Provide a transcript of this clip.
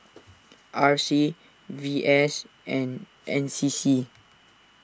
R C V S and N C C